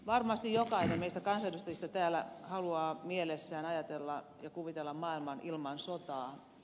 varmasti jokainen meistä kansanedustajista täällä haluaa mielessään ajatella ja kuvitella maailman ilman sotaa